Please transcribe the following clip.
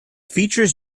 features